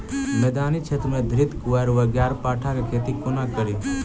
मैदानी क्षेत्र मे घृतक्वाइर वा ग्यारपाठा केँ खेती कोना कड़ी?